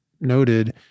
noted